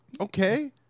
Okay